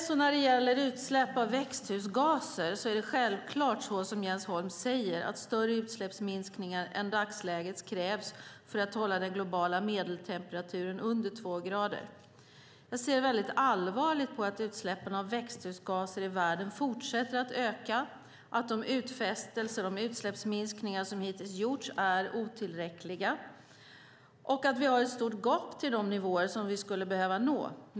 När det gäller utsläpp av växthusgaser är det självklart så som Jens Holm säger att större utsläppsminskningar än dagslägets krävs för att hålla den globala medeltemperaturen under två grader. Jag ser väldigt allvarligt på att utsläppen av växthusgaser i världen fortsätter att öka, att de utfästelser om utsläppsminskningar som hittills har gjorts är otillräckliga och att vi har ett stort gap till de nivåer som vi skulle behöva nå.